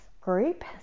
group